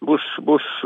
bus bus